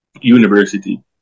university